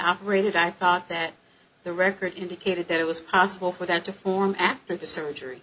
operated i thought that the record indicated it was possible for them to form after the surgery